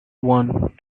want